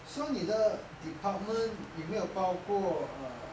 so 你的 department 有没有包过 err